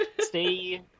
stay